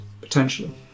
potentially